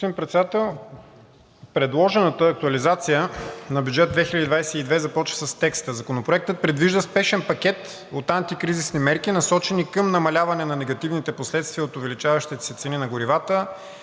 предложената актуализация на бюджет 2022 започва с текста: „Законопроектът предвижда спешен пакет от антикризисни мерки, насочени към намаляване на негативните последствия от увеличаващите се цени на горивата